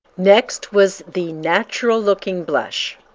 next was the natural-looking. blush.